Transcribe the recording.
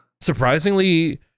Surprisingly